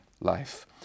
life